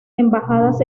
embajadas